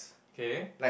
okay